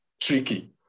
tricky